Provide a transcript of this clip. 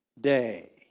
Day